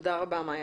תודה רבה, מאיה.